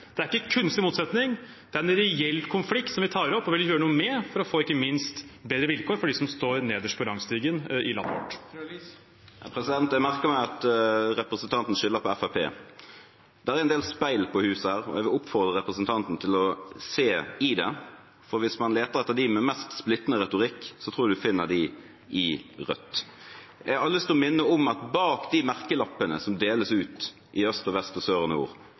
Det er ikke en kunstig motsetning; det er en reell konflikt, som vi tar opp og vil gjøre noe med, ikke minst for å få bedre vilkår for dem som står nederst på rangstigen i landet vårt. Jeg merker meg at representanten skylder på Fremskrittspartiet. Det er en del speil på huset her, og jeg vil oppfordre representanten til å se i dem, for hvis man leter etter dem med mest splittende retorikk, tror jeg man finner dem i Rødt. Jeg har lyst til å minne om at bak de merkelappene som deles ut i øst og vest og sør og nord,